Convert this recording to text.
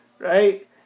Right